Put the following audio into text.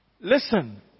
Listen